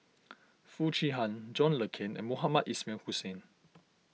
Foo Chee Han John Le Cain and Mohamed Ismail Hussain